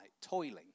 toiling